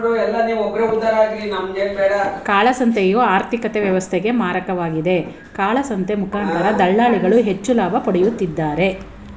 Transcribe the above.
ಕಾಳಸಂತೆಯು ಆರ್ಥಿಕತೆ ವ್ಯವಸ್ಥೆಗೆ ಮಾರಕವಾಗಿದೆ, ಕಾಳಸಂತೆ ಮುಖಾಂತರ ದಳ್ಳಾಳಿಗಳು ಹೆಚ್ಚು ಲಾಭ ಪಡೆಯುತ್ತಿದ್ದಾರೆ